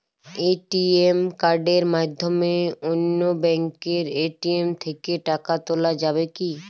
ATM কার্ডের মাধ্যমে অন্য ব্যাঙ্কের এ.টি.এম থেকে টাকা তোলা যাবে কি?